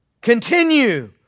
continue